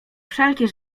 wszelkie